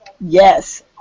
Yes